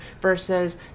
versus